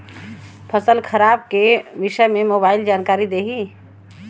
फसल खराब के विषय में मोबाइल जानकारी देही